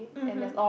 mmhmm